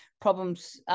problems